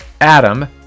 adam